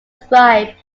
describe